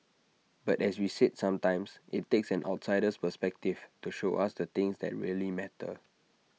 but as we said sometimes IT takes an outsider's perspective to show us the things that really matter